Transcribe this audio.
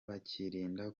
bakirinda